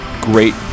Great